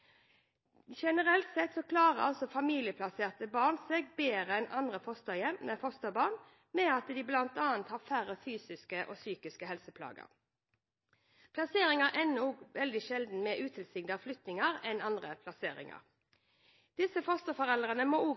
Generelt sett klarer familieplasserte barn seg bedre enn andre fosterbarn, de har bl.a. færre fysiske og psykiske helseplager. Plasseringene ender også sjeldnere med utilsiktede flyttinger enn andre plasseringer. Disse fosterforeldrene må